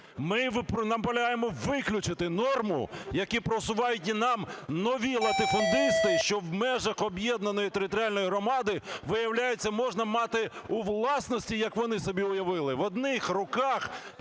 Ми наполягаємо виключити норми, які просувають і нам нові латифундисти, що в межах об'єднаної територіальної громади, виявляється, можна мати у власності, як вони собі уявили, в одних руках